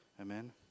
Amen